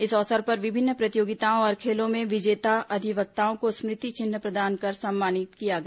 इस अवसर पर विभिन्न प्रतियोगिताओं और खेलों में विजेता अधिवक्ताओं को स्मृति चिन्ह प्रदान कर सम्मानित किया गया